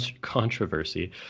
controversy